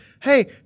Hey